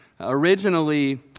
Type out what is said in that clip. Originally